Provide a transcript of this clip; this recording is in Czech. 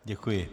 Děkuji.